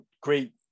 great